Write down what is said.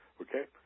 Okay